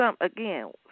Again